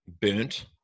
burnt